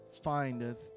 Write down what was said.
findeth